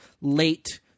late